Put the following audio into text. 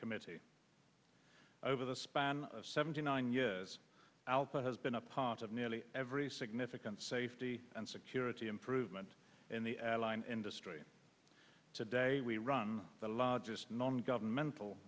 committee over the span of seventy nine years output has been a part of nearly every significant safety and security improvement in the airline industry today we run the largest nongovernmental